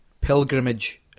Pilgrimage